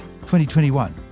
2021